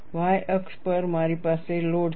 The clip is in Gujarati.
y અક્ષ પર મારી પાસે લોડ છે